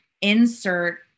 insert